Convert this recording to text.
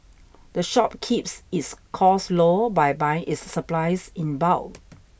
the shop keeps its costs low by buying its supplies in bulk